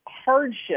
hardship